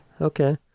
okay